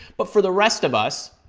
but for the rest of us,